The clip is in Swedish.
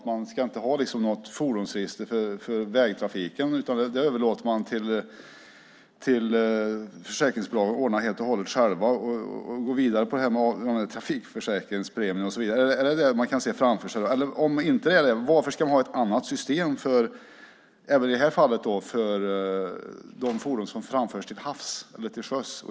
Ska vi inte ha något fordonsregister för vägtrafiken utan överlåta på försäkringsbolagen att ordna det? Gäller det i så fall även trafikförsäkringspremier och sådant? Är det vad vi kan se framför oss? Om inte, varför ska vi då ha ett annat system för, i detta fall, de fordon som framförs till sjöss?